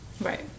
right